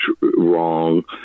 wrong